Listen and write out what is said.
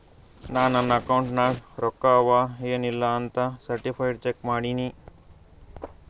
ನಾ ನನ್ ಅಕೌಂಟ್ ನಾಗ್ ರೊಕ್ಕಾ ಅವಾ ಎನ್ ಇಲ್ಲ ಅಂತ ಸರ್ಟಿಫೈಡ್ ಚೆಕ್ ಮಾಡಿನಿ